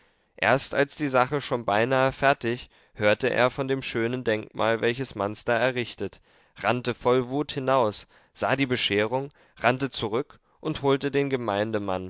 erst als die sache schon beinahe fertig hörte er von dem schönen denkmal welches manz da errichtet rannte voll wut hinaus sah die bescherung rannte zurück und holte den